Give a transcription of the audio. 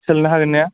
सोलायनो हागोन ने